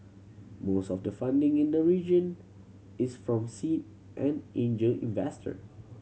most of the funding in the region is from seed and angel investor